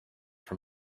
from